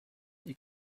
you